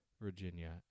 Virginia